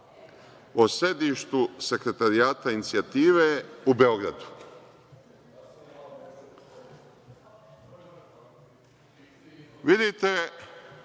o sedištu Sekretarijata Inicijative u Beogradu. Vidite